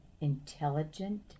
intelligent